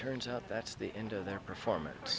turns out that's the end of their performance